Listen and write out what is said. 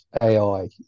ai